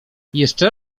jeszcze